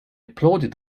applauded